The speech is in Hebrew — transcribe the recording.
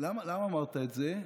למה אמרת את זה?